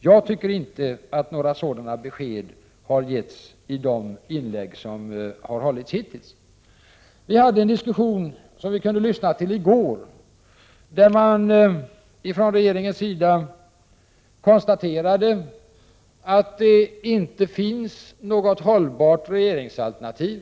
Jag tycker inte att några besked har getts i de inlägg som hittills har hållits. Vi kunde lyssna på en diskussion i går där man från regeringspartiets sida konstaterade att det inte finns något hållbart regeringsalternativ.